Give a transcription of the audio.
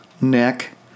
neck